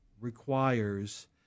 requires